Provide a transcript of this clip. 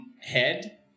head